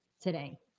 today